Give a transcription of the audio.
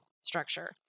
structure